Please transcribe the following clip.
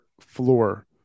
floor